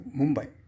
Mumbai